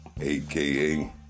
aka